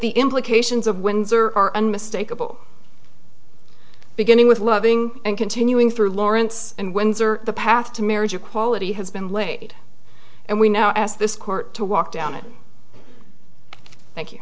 the implications of windsor are unmistakable beginning with loving and continuing through lawrence and windsor the path to marriage equality has been laid and we now ask this court to walk down it thank you